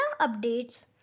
updates